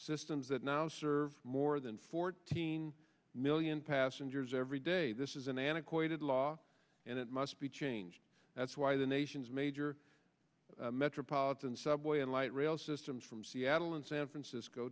systems that now serve more than fourteen million passengers every day this isn't an issue weighted law and it must be changed that's why the nation's major metropolitan subway and light rail systems from seattle and san francisco